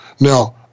Now